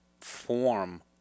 form